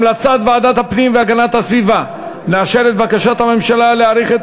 המלצת ועדת הפנים והגנת הסביבה לאשר את בקשת הממשלה להאריך את